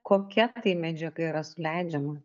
kokia tai medžiaga yra suleidžiama